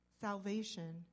salvation